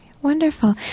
Wonderful